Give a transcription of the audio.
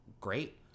great